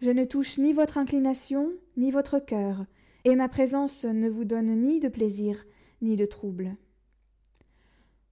je ne touche ni votre inclination ni votre coeur et ma présence ne vous donne ni de plaisir ni de trouble